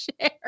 share